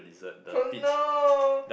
orh no